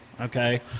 okay